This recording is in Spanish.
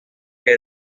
que